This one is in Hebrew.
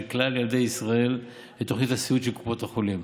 כלל ילדי ישראל לתוכנית הסיעוד של קופות החולים.